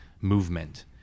movement